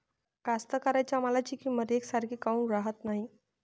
कास्तकाराइच्या मालाची किंमत यकसारखी काऊन राहत नाई?